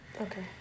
Okay